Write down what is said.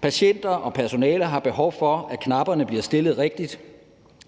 Patienter og personale har behov for, at knapperne bliver stillet rigtigt